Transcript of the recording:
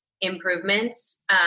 improvements